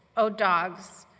oh, dogs,